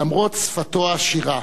למרות שפתו העשירה